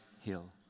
hill